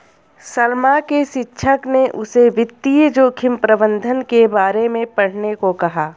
सलमा के शिक्षक ने उसे वित्तीय जोखिम प्रबंधन के बारे में पढ़ने को कहा